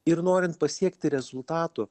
ir norint pasiekti rezultatų